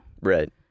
Right